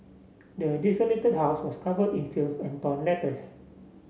the desolated house was cover in filth and torn letters